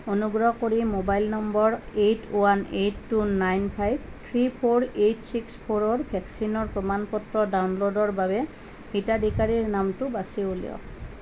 অনুগ্ৰহ কৰি mobile number eight one eight two nine five three four eight six ফ'ৰৰ ভেকচিনৰ প্ৰমাণ পত্ৰৰ ডাউনলোডৰ বাবে হিতাধিকাৰীৰ নামটো বাছি উলিয়াওক